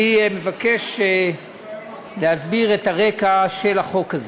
אני מבקש להסביר את הרקע של החוק הזה.